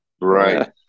Right